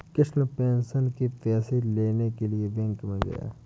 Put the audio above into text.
Krishna pension के पैसे लेने के लिए बैंक में गया